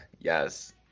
Yes